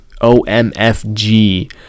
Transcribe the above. O-M-F-G